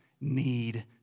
need